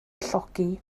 llogi